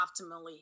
optimally